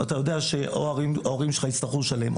ואתה יודע שאו ההורים שלך יצטרכו לשלם,